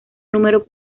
número